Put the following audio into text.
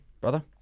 brother